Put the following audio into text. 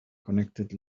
connected